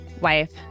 wife